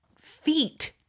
feet